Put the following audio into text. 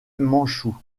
mandchous